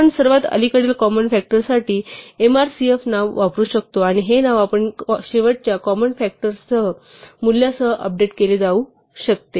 आपण सर्वात अलीकडील कॉमन फ़ॅक्टरसाठी mrcf नाव वापरू शकतो आणि हे नाव आपण शेवटच्या कॉमन फ़ॅक्टरच्या मूल्यासह अपडेट केले जाऊ शकते